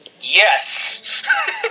Yes